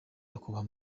akubaha